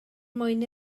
mwyn